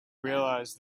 realise